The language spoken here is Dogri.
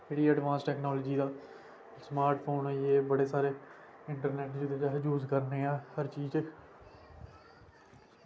फ्री एड़वांस टेक्नोलॉज़ी ऐ स्मार्टफोन होइये बड़े सारे इंटरनेट जेह्ड़ा अस यूज़ करने आं हर चीज़